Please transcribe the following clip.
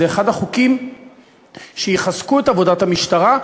זה אחד החוקים שיחזקו את עבודת המשטרה.